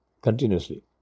continuously